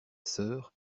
sœur